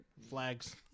flags